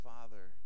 Father